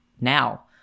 now